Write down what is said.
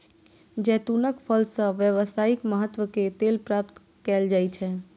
जैतूनक फल सं व्यावसायिक महत्व के तेल प्राप्त कैल जाइ छै